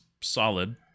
solid